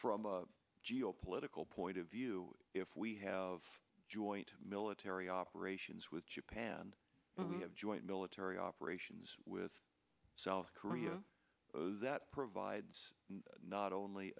from a geopolitical point of view if we have joint military operations with japan and have joint military operations with south korea that provides not only